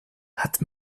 hat